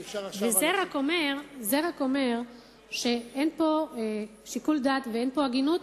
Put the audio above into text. זה רק אומר שאין פה שיקול דעת ואין פה הגינות,